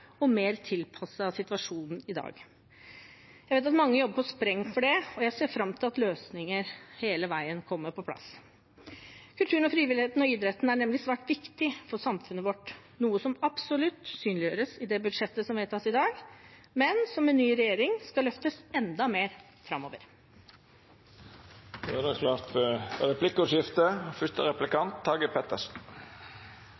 og mer tilpasset situasjonen i dag. Jeg vet at mange jobber på spreng for det, og jeg ser fram til at løsninger – hele veien – kommer på plass. Kulturen, frivilligheten og idretten er nemlig svært viktige for samfunnet vårt, noe som absolutt synliggjøres i det budsjettet som vedtas i dag, men som med ny regjering skal løftes enda mer framover. Det vert replikkordskifte.